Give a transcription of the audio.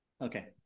okay